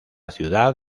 ciudad